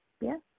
Yes